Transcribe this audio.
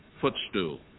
footstool